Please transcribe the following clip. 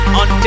on